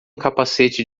capacete